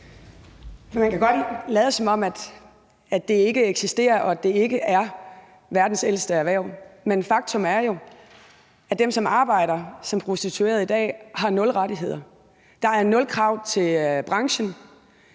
Man kan godt lade som om, at det ikke eksisterer, og at det ikke er verdens ældste erhverv, men faktum er jo, at dem, som arbejder som prostituerede i dag, har nul rettigheder. Der er nul krav til branchen,